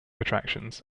attractions